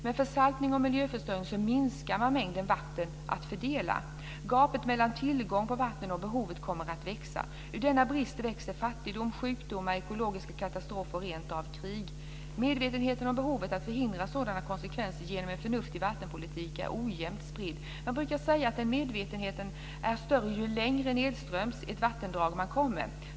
Med försaltning och miljöförstöring minskar man mängden vatten att fördela. Gapet mellan tillgången på vatten och behovet kommer att växa. Ur denna brist växer fattigdom, sjukdomar, ekologiska katastrofer och rent av krig. Medvetenheten om behovet att förhindra sådana konsekvenser genom en förnuftig vattenpolitik är ojämnt spridd. Jag brukar säga att den medvetenheten är större ju längre nedströms ett vattendrag man kommer.